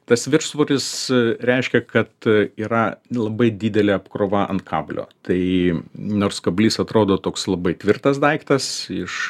tas viršsvoris reiškia kad yra labai didelė apkrova ant kablio tai nors kablys atrodo toks labai tvirtas daiktas iš